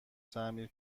تعمیر